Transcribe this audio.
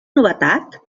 novetat